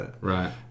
Right